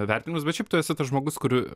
vertinimus bet šiaip tu esi tas žmogus kur